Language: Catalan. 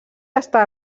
està